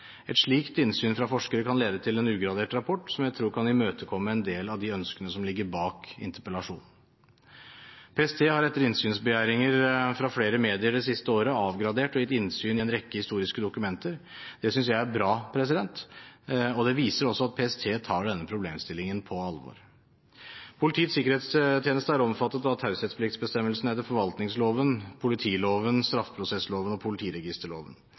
Et slikt innsyn fra forskere kan lede til en ugradert rapport, som jeg tror kan imøtekomme en del av de ønskene som ligger bak interpellasjonen. PST har etter innsynsbegjæringer fra flere medier det siste året avgradert og gitt innsyn i en rekke historiske dokumenter. Det synes jeg er bra, og det viser også at PST tar denne problemstillingen på alvor. Politiets sikkerhetstjeneste er omfattet av taushetspliktsbestemmelsene etter forvaltningsloven, politiloven, straffeprosessloven og politiregisterloven.